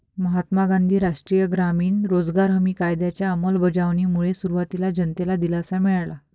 महात्मा गांधी राष्ट्रीय ग्रामीण रोजगार हमी कायद्याच्या अंमलबजावणीमुळे सुरुवातीला जनतेला दिलासा मिळाला